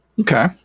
Okay